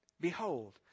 Behold